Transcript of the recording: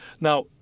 Now